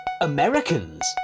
Americans